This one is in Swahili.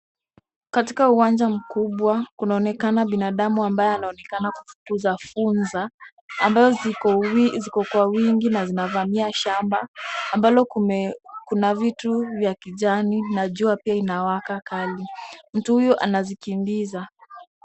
Katika uwanja mkubwa, kunaonekana binadamu ambaye anaonekana kufukuza funza, ambayo ziko kwa wingi na zinavamia shamba, ambalo kuna vitu vya kijani na jua pia inawaka kali. Mtu huyo anazikimbiza,